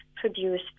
produce